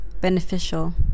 beneficial